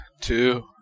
two